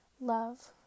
Love